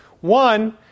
One